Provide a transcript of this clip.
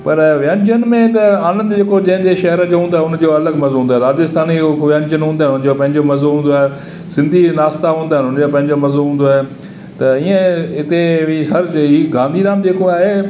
पर व्यंजन में त आनंदु जे को जंहिंजो शहर जो हूंदो आहे हुनजो आनंदु अलॻि मज़ो हूंदो आहे राजस्थानी व्यंजन हूंदा आहिनि हुनजो पंहिंजो मज़ो हूंदो आहे सिंधी नाश्ता हूंदा आहिनि हुनजो पंहिंजो मज़ो हूंदो आहे त इअं हिते बि गांधीधाम जे को आहे